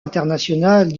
international